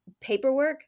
paperwork